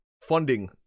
funding